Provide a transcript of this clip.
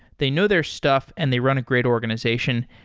they know their stuff and they run a great organization.